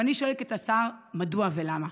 ואני שואלת את השר מדוע ולמה.